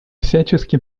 всячески